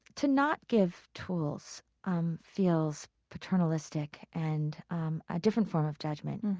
to not give tools um feels paternalistic and a different form of judgment,